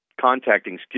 contacting